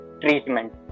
treatment